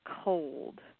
cold